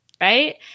right